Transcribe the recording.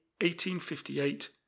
1858